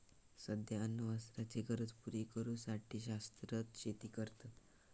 सध्या अन्न वस्त्राचे गरज पुरी करू साठी शाश्वत शेती करतत